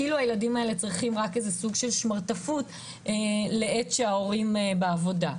כאילו הילדים האלה צריכים איזה סוג של שמרטפות לעת שההורים בעבודה.